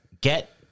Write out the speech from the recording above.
get